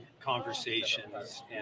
conversations